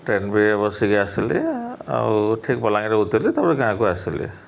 ଟ୍ରେନ୍ରେ ବସିକି ଆସିଲି ଆଉ ଠିକ୍ ବାଲାଙ୍ଗୀରରେ ଉତରିଲି ତା'ପରେ ଗାଁକୁ ଆସିଲି